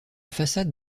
façade